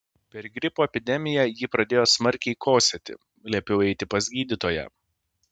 per gripo epidemiją ji pradėjo smarkiai kosėti liepiau eiti pas gydytoją